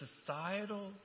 societal